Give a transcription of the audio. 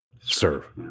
serve